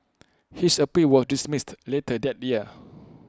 his appeal was dismissed later that year